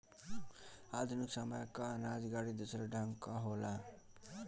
आधुनिक समय कअ अनाज गाड़ी दूसरे ढंग कअ होला